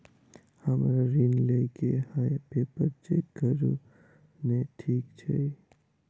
हमरा ऋण लई केँ हय पेपर चेक करू नै ठीक छई?